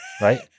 right